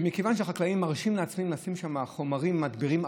שהחקלאים מרשים לעצמם לשים שם הרבה יותר חומרים מדבירים,